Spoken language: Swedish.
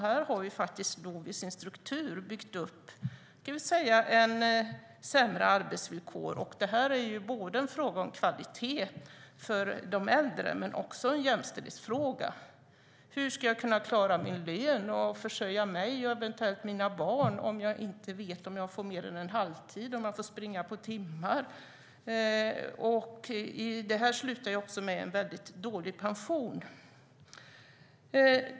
Här har faktiskt LOV sämre arbetsvillkor inbyggda i sin struktur. Det är en fråga om kvalitet för de äldre men också en jämställdhetsfråga. Hur ska jag kunna klara mig på min lön och försörja mig och eventuellt mina barn om jag inte vet om jag får mer än halvtid, om jag får springa på timmar? Det slutar också med en väldigt dålig pension.